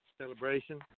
celebration